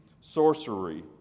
sorcery